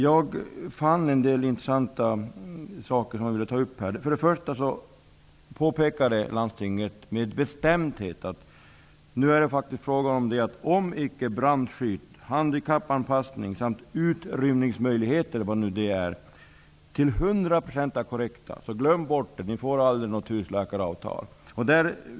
Jag fann en del intressanta saker som jag vill ta upp här. Landstinget påpekade med bestämdhet att om icke brandskydd, handikappanpassning och utrymningsmöjligheter -- vad det nu är -- är korrekta till hundra procent kan man glömma bort att man någonsin skall få ett husläkaravtal.